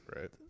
Right